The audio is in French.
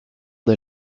des